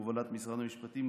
בהובלת משרד המשפטים,